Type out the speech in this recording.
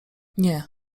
nie